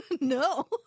No